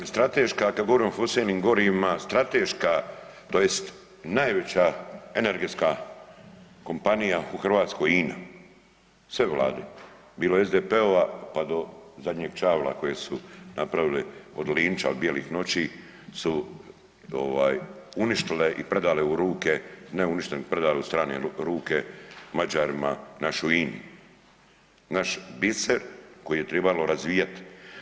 Da, strateška kad govorimo o fosilnim gorivima, strateška tj. najveća energetska kompanija u Hrvatskoj INA-a, sve vlade, bilo SDP-ova pa do zadnjeg čavla koje su napravili od linča, od bijelih noći su uništile i predale u ruke, ne uništile nego predale u strane ruke Mađarima našu INA-u, naš biser koji je tribalo razvijati.